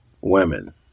women